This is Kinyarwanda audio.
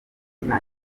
nta